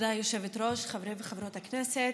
חברי וחברות הכנסת,